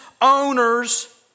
owners